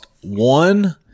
one